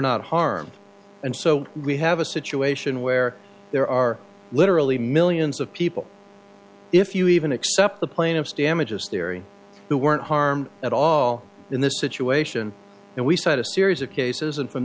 not harmed and so we have a situation where there are literally millions of people if you even accept the plaintiff's damages theory the weren't harmed at all in this situation and we cite a series of cases and from